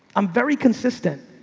i'm very consistent.